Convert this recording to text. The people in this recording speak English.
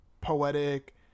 poetic